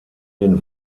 den